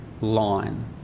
line